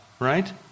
right